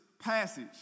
passage